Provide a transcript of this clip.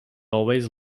always